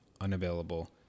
unavailable